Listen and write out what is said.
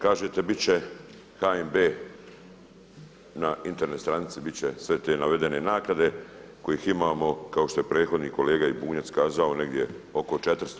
Kažete bit će HNB na Internet stranici bit će sve te navedene naknade kojih imamo kao što je i prethodni kolega Bunjac kazao negdje oko 400.